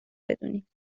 بدونید